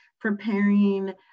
preparing